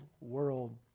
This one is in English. world